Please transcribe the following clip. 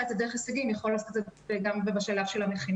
את זה דרך הישגים יכול לעשות את זה בשלב המכינות.